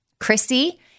Chrissy